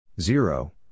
Zero